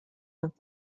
with